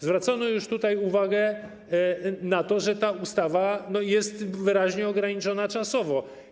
Zwrócono już tutaj uwagę na to, że ta ustawa jest wyraźnie ograniczona czasowo.